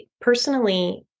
personally